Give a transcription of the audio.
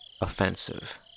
offensive